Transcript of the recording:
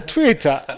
Twitter